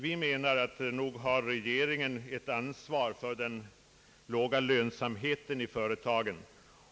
Vi menar att regeringen har ett ansvar för den låga lönsamheten inom företagen.